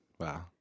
Wow